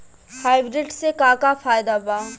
Hybrid से का का फायदा बा?